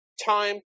Time